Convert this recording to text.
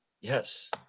Yes